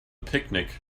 picnic